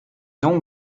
donc